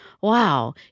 Wow